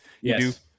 Yes